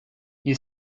you